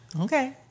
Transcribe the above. Okay